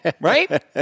Right